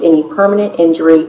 any permanent injury